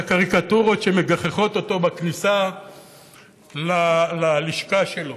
הקריקטורות שמגחיכות אותו בכניסה ללשכה שלו.